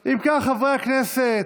בעד, תשעה,